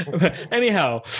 anyhow